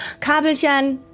Kabelchen